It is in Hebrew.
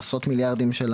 עשרות מיליארדים.